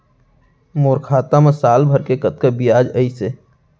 मोर खाता मा साल भर के कतका बियाज अइसे?